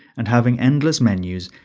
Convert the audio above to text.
and having endless menus,